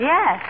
Yes